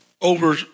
over